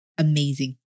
Amazing